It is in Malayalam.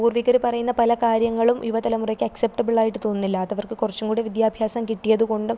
പൂർവികർ പറയുന്ന പല കാര്യങ്ങളും യുവതലമുറയ്ക്ക് അക്സപ്റ്റബിൾ ആയിട്ട് തോന്നുന്നില്ല അതവർക്ക് കുറച്ചുംകൂടി വിദ്യാഭ്യാസം കിട്ടിയതുകൊണ്ടും